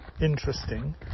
interesting